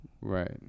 right